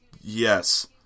Yes